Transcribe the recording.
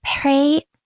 pray